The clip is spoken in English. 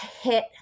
hit